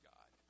God